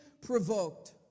provoked